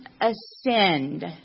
ascend